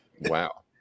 wow